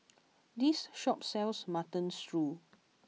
this shop sells Mutton Stew